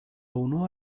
unua